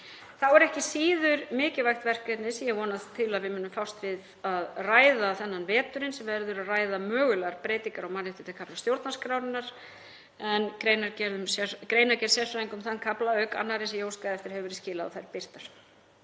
Þá er ekki síður mikilvægt verkefni, sem ég vonast til að við munum fást við að ræða þennan veturinn, að ræða mögulegar breytingar á mannréttindakafla stjórnarskrárinnar en greinargerðum sérfræðinga um þann kafla auk annarra sem ég óskaði eftir hefur verið skilað og þær birtar.